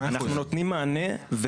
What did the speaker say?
אנחנו נותנים מענה,